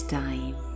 time